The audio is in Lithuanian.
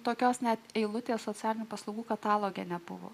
tokios net eilutė socialinių paslaugų kataloge nebuvo